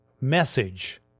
Message